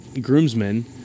groomsmen